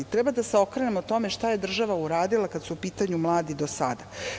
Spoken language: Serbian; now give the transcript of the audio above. Treba da se okrenemo tome šta je država uradila kad su u pitanju mladi do sada.